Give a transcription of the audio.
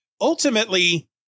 ultimately